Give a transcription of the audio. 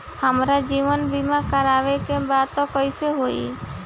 हमार जीवन बीमा करवावे के बा त कैसे होई?